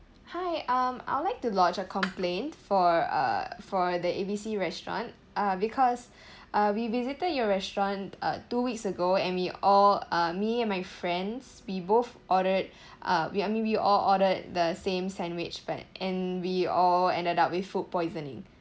hi um I would like to lodge a complaint for uh for the A B C restaurant uh because uh we visited your restaurant uh two weeks ago and we all uh me and my friends we both ordered uh we I mean we all ordered the same sandwich but and we all ended up with food poisoning